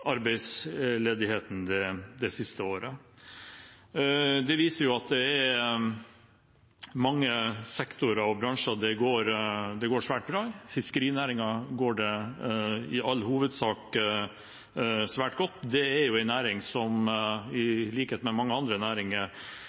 arbeidsledigheten det siste året. Det viser at det er mange sektorer og bransjer det går svært bra i. I fiskerinæringen går det i all hovedsak svært godt. Det er en næring som i likhet med mange andre næringer